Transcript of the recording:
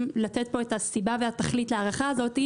לתת פה את הסיבה והתכלית להארכה הזאת,